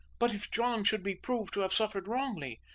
but if john should be proved to have suffered wrongfully?